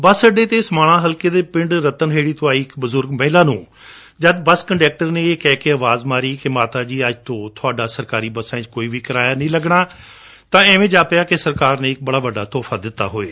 ਬਸ ਅੱਡੇ ਤੇ ਸਮਾਣਾ ਹਲਕੇ ਦੇ ਪਿੰਡ ਰਤਨ ਹੇਤੀ ਤੋਂ ਆਈ ਇਕ ਬਜੁਰਗ ਮਹਿਲਾ ਨੂੰ ਜਦ ਬਸ ਕੰਡਕਟਰ ਨੇ ਇਹ ਕਹਿ ਕੇ ਅਵਾਜ਼ ਮਾਰੀ ਕਿ ਮਾਤਾ ਜੀ ਅੱਜ ਤੋਂ ਤੁਹਾਡਾ ਸਰਕਾਰੀ ਬੱਸਾਂ ਵਿਚ ਕੋਈ ਕਿਰਾਇਆ ਨਹੀਂ ਲਗਣਾ ਤਾਂ ਇਵੇਂ ਜਾਪਿਆ ਜਿਵੇਂ ਸਰਕਾਰ ਨੇ ਇਕ ਵੱਡਾ ਤੋਹਫਾ ਦੇ ਦਿੱਤਾ ਹੋਵੇ